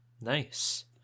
Nice